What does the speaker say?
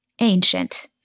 ancient